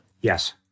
yes